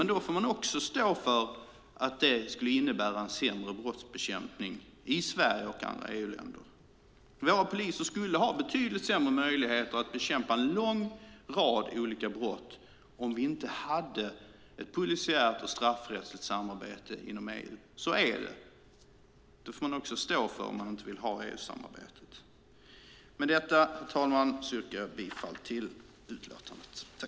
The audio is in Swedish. Men då får man också stå för att det skulle innebära en sämre brottsbekämpning i Sverige och andra EU-länder. Våra poliser skulle ha betydligt sämre möjligheter att bekämpa en lång rad olika brott om vi inte hade ett polisiärt och straffrättsligt samarbete inom EU. Så är det, och det får man också stå för om man inte vill ha EU-samarbetet. Med detta, herr talman, yrkar jag bifall till utskottets förslag i utlåtandet.